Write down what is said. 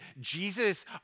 Jesus